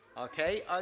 okay